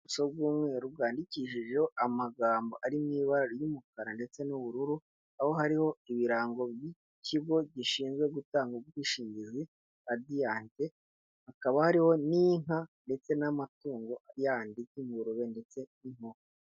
Ubuso bw'umweru bwandikishije amagambo ari mu ibara ry'umukara ndetse n'ubururu, aho hariho ibirango by'ikigo gishinzwe gutanga ubwishingizi Radiyante, hakaba hariho n'inka ndetse n'amatungo yandika nk'ingurube ndetse n'inkoko.